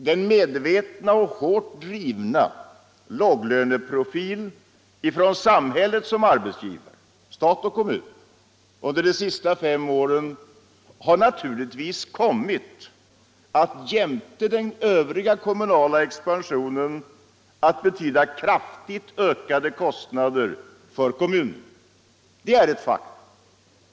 Den medvetna och hårt drivna låglöneprofil som samhället - stat och kommun — som arbetsgivare visat under de senaste fem åren har naturligtvis jämte den övriga kommunala expansionen kommit att betyda kraftigt ökade kostnader för kommunerna. Detta är ett faktum.